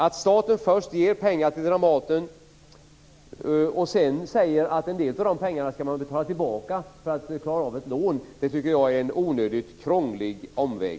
Att staten först ger pengar till Dramaten och sedan säger att en del av de pengarna skall betalas tillbaka, detta för att klara av ett lån, tycker jag är en onödigt krånglig omväg.